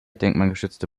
denkmalgeschützte